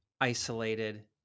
isolated